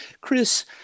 chris